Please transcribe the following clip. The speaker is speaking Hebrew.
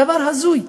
דבר הזוי.